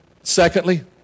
Secondly